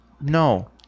No